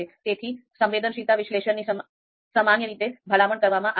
તેથી જ સંવેદનશીલતા વિશ્લેષણની સામાન્ય રીતે ભલામણ કરવામાં આવે છે